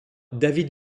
david